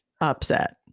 upset